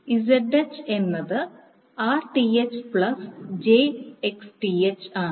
Zth എന്നത് Rth j Xth ആണ്